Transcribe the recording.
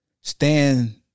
stand